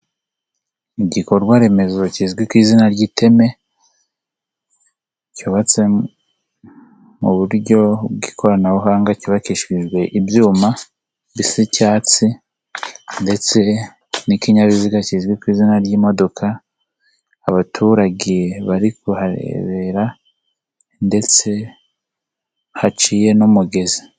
Igikorwa remezo kizwi ku izina ry'iteme, cyubatse muburyo bw'ikoranabuhanga cyubakishijwe ibyuma, bisi icyatsi ndetse n'ikinyabiziga kizwi ku izina ry'imodoka, abaturage bari kuharebera ndetse haciye n'umugezi.